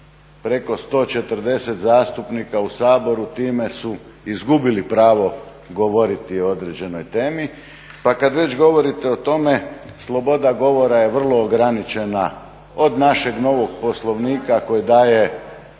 preko 140 zastupnika u Saboru time su izgubili pravo govoriti o određenoj temi. Pa kada već govorite o tome sloboda govora je vrlo ograničena od našeg novog Poslovnika koji daje